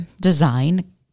design